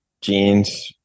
jeans